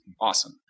Awesome